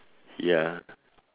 ya